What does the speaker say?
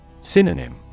Synonym